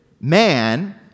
man